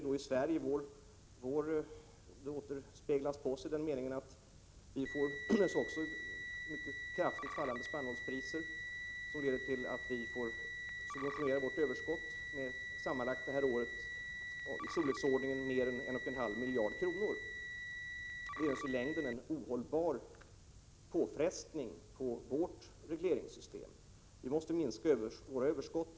Det återspeglas på oss i Sverige genom att vi får mycket kraftigt fallande spannmålspriser, som leder till att vi får subventionera vårt överskott under det här året med sammanlagt mer än 1,5 miljarder. Det ger oss i längden en ohållbar påfrestning på vårt regleringssystem. Vi måste minska vårt överskott.